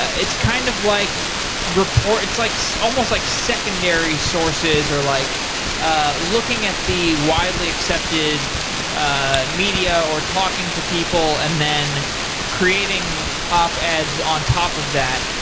ah it's kind of like report it's like so almost like secondary sources or like ah looking at the widely accepted ah media or talking to people and then creating app ads on top of that.